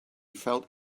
felt